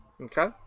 Okay